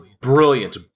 Brilliant